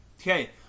Okay